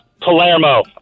Palermo